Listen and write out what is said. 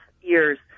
years